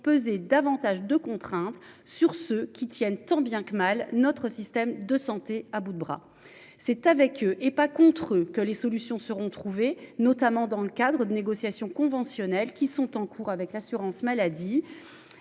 peser davantage de contraintes sur ceux qui tiennent tant bien que mal, notre système de santé à bout de bras. C'est avec eux et pas contre que les solutions seront trouvées notamment dans le cadre de négociations conventionnelles qui sont en cours avec l'assurance maladie.